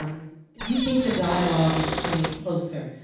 um do you think the dialogue is coming closer?